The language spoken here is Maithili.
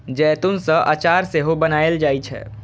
जैतून सं अचार सेहो बनाएल जाइ छै